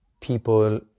people